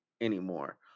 anymore